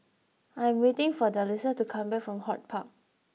I am waiting for Delisa to come back from HortPark